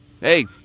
Hey